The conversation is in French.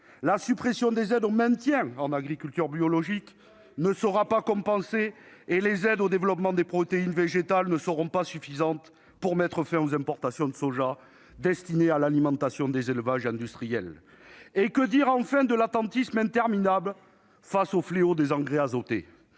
La suppression des aides au maintien en agriculture biologique ne sera pas compensée et les aides au développement des protéines végétales ne seront pas suffisantes pour mettre fin aux importations de soja, destinées à l'alimentation des élevages industriels. Avec le goulag, c'était mieux ! Que dire, enfin, de l'attentisme interminable face au fléau des engrais azotés ?